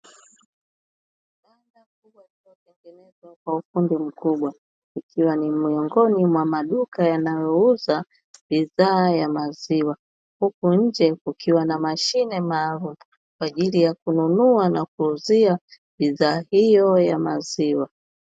kwa ufundi mkubwa ikiwa ni miongoni mwa maduka yanayouza bidhaa ya maziwa, huku nje kukiwa na mashine maalumu kwa ajili ya kununua na kuuzia bidhaa hiyo ya maziwa.